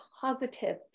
positive